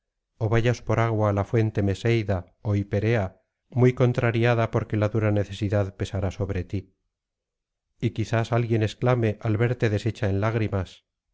ó vayas por agua á la fuente meseida ó hiperea muy contrariada porque la dura necesidad pesará sobre ti y quizás alguien exclame al verte deshecha en lágrimas